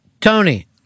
Tony